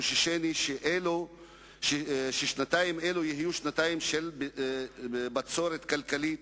וחוששני ששנתיים אלו יהיו שנתיים של בצורת כלכלית,